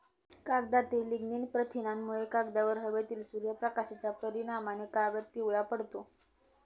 कागदातील लिग्निन प्रथिनांमुळे, कागदावर हवेतील सूर्यप्रकाशाच्या परिणामाने कागद पिवळा पडतो